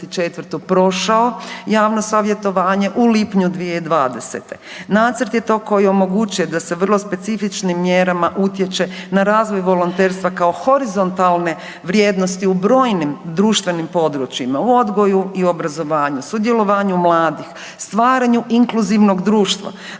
prošao javno savjetovanje u lipnju 2020. Nacrt je to koji omogućuje da se vrlo specifičnim mjerama utječe na razvoj volonterstva kao horizontalne vrijednosti u brojnim društvenim područjima u odgoju i obrazovanju, sudjelovanju mladih, stvaranju inkluzivnog društva,